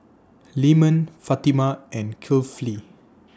Leman Fatimah and Kifli